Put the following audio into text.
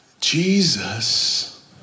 Jesus